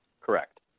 correct